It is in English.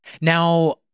Now